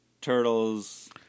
turtles